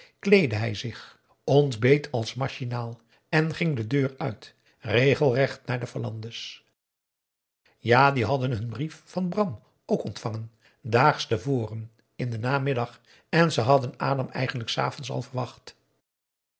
hij zich ontbeet als machinaal en ging de deur uit regelrecht naar de verlande's ja die hadden hun brief van bram ook ontvangen daags te voren in den namiddag en ze hadden adam eigenlijk s avonds al verwacht